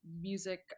music